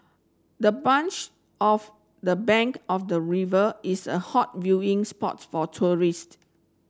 the bench of the bank of the river is a hot viewing spots for tourist